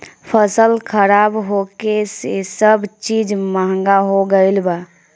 फसल खराब होखे से सब चीज महंगा हो गईल बा